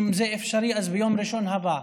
אם זה אפשרי אז ביום ראשון הבא,